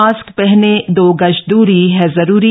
mask पहनें दो गज दूरी है जरूरी